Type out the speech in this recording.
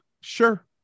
sure